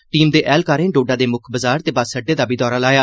team दे ऐह्लकारें डोडा दे मुक्ख बजार ते बस अड्डे दा बी दौरा लाया